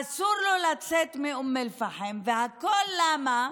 אסור לו לצאת מאום אל-פחם, והכול למה?